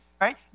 right